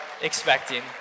expecting